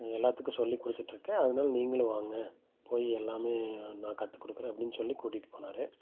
எல்லாத்துக்கும் சொல்லி கொடுத்துட்ருக்கேன் அதனால நீங்களும் வாங்க போய் எல்லாமே நான் கற்று கொடுக்குறேன் அப்படின்னு சொல்லி கூட்டிகிட்டு போனார்